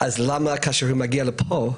אז למה כאשר הוא מגיע לפה,